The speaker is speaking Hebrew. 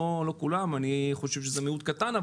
אני חושב שזה מיעוט קטן,